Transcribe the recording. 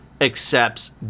accepts